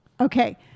Okay